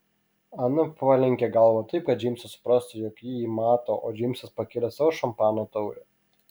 ana palenkė galvą taip kad džeimsas suprastų jog jį ji mato o džeimsas pakėlė savo šampano taurę